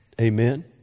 Amen